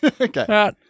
Okay